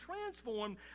transformed